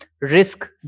risk